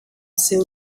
seu